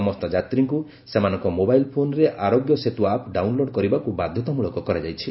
ସମସ୍ତ ଯାତ୍ରୀଙ୍କୁ ସେମାନଙ୍କ ମୋବାଇଲ୍ ଫୋନ୍ରେ ଆରୋଗ୍ୟ ସେତୁ ଆପ୍ ଡାଉନ୍ଲୋଡ କରିବାକୁ ବାଧ୍ୟତାମୂଳକ କରାଯାଇଛି